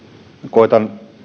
koetan